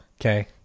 Okay